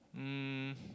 um